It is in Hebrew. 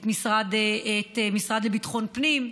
את המשרד לביטחון פנים.